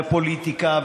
ופוליטיקה,